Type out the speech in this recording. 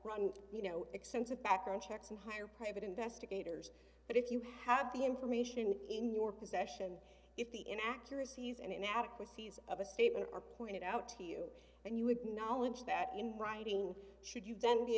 run you know extensive background checks and hire private investigators but if you have the information in your possession if the in accuracies and inadequacies of a statement are pointed out to you and you would knowledge that in writing should you then be